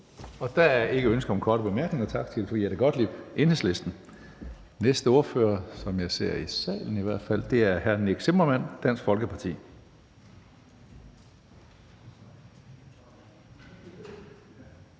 Der er ikke ønsker om korte bemærkninger. Tak til fru Jette Gottlieb, Enhedslisten. Næste ordfører, som jeg ser i salen i hvert fald, er hr. Nick Zimmermann, Dansk Folkeparti.